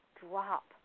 drop